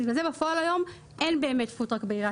בגלל זה בפועל היום אין באמת פוד-טראק בתל אביב.